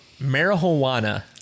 Marijuana